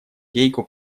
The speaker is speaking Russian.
гейку